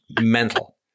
mental